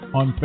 on